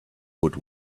would